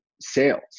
sales